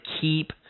keep